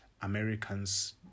Americans